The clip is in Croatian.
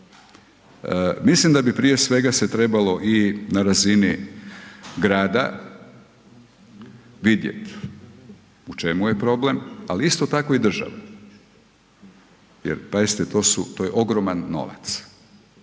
Mislim da bi prije svega se trebalo i na razini grada vidjet u čemu je problem ali isto tako i države jer pazite to je ogroman novac,